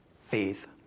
faith